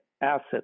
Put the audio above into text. asset